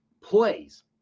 plays